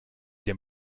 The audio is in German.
dem